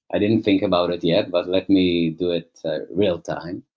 i didn't think about it yet, but let me do it real-time.